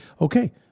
okay